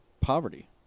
poverty